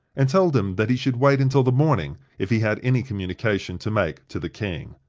and told him that he should wait until the morning if he had any communication to make to the king.